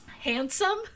Handsome